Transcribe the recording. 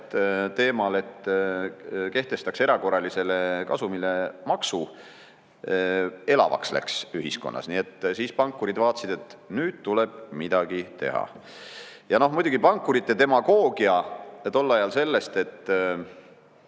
teemal, et kehtestataks erakorralisele kasumile maks, elavaks läks ühiskonnas. Siis pankurid vaatasid, et nüüd tuleb midagi teha. Ja muidugi pankurite demagoogia tol ajal sellest, et